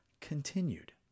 continued